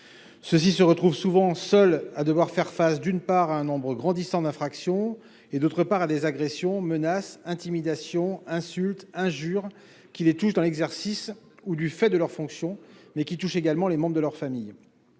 ceux-ci se retrouvent souvent seuls à devoir faire face d'une part, un nombre grandissant d'infractions et d'autre part à des agressions, menaces, intimidations, insultes, injures qui les touchent dans l'exercice où, du fait de leur fonction mais qui touche également les membres de leur famille